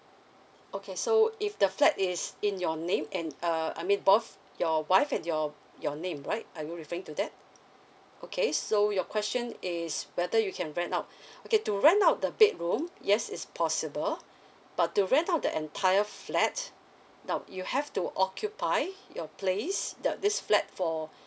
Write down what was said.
okay so if the flat is in your name and uh I mean both your wife and your your name right are you referring to that okay so your question is whether you can rent out okay to rent out the bedroom yes it's possible but to rent out the entire flat now you have to occupy your place uh this flat for